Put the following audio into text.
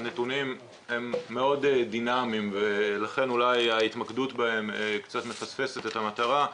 הנתונים הם מאוד דינמיים ולכן אולי ההתמקדות בהם קצת מפספסת את המטרה.